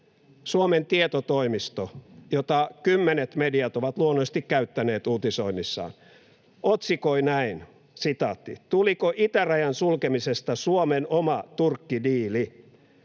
Suomen Tietotoimisto, jota kymmenet mediat ovat luonnollisesti käyttäneet uutisoinnissaan, otsikoi näin: ”Tuliko itärajan sulkemisesta Suomen oma ’Turkki-diili’?